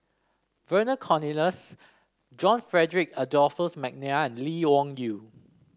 Vernon Cornelius John Frederick Adolphus McNair and Lee Wung Yew